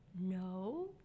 No